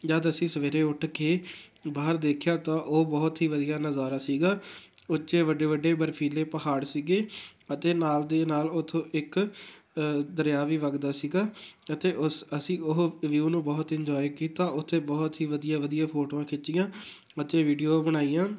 ਜਦ ਅਸੀਂ ਸਵੇਰੇ ਉੱਠ ਕੇ ਬਾਹਰ ਦੇਖਿਆ ਤਾਂ ਉਹ ਬਹੁਤ ਹੀ ਵਧੀਆ ਨਜ਼ਾਰਾ ਸੀਗਾ ਉੱਚੇ ਵੱਡੇ ਵੱਡੇ ਬਰਫੀਲੇ ਪਹਾੜ ਸੀਗੇ ਅਤੇ ਨਾਲ ਦੀ ਨਾਲ ਉੱਥੋਂ ਇੱਕ ਦਰਿਆ ਵੀ ਵਗਦਾ ਸੀਗਾ ਅਤੇ ਉਸ ਅਸੀਂ ਉਹ ਵਿਊ ਨੂੰ ਬਹੁਤ ਇੰਜੋਏ ਕੀਤਾ ਉੱਥੇ ਬਹੁਤ ਹੀ ਵਧੀਆ ਵਧੀਆ ਫੋਟੋਆਂ ਖਿੱਚੀਆਂ ਅਤੇ ਵੀਡੀਓ ਬਣਾਈਆਂ